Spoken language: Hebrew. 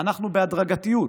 אנחנו בהדרגתיות